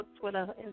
Twitter